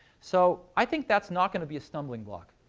so i think that's not going to be a stumbling block.